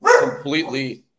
completely